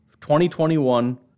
2021